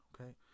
Okay